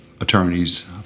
attorneys